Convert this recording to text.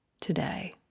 today